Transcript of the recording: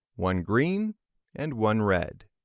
one green and one red.